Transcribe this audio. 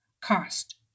cost